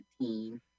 team